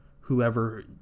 Whoever